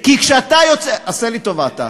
כי כשאתה יוצא, עשה לי טובה אתה.